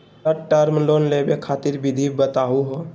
Short term loan लेवे खातीर विधि बताहु हो?